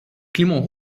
clément